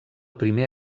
primer